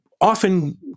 often